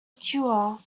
cure